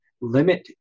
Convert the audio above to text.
limit